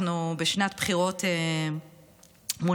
אנחנו בשנת בחירות מוניציפליות.